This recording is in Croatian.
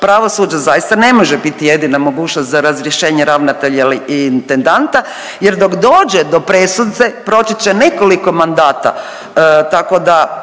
pravosuđa, zaista ne može biti jedina mogućnost za razrješenje ravnatelja ili intendanta jer dok dođe do presude proći će nekoliko mandata,